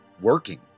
working